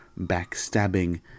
backstabbing